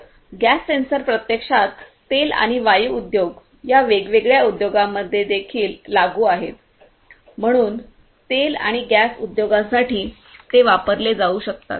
तर gas sensor प्रत्यक्षात तेल आणि वायू उद्योग या वेगवेगळ्या उद्योगांमध्ये देखील लागू आहेत म्हणून तेल आणि गॅस उद्योगासाठी ते वापरले जाऊ शकतात